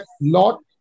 lot